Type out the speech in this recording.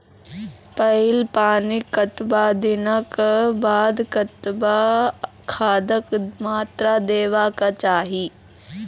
पहिल पानिक कतबा दिनऽक बाद कतबा खादक मात्रा देबाक चाही?